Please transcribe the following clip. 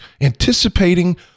anticipating